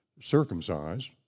circumcised